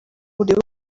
urebe